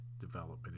development